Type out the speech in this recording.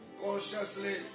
Consciously